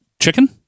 chicken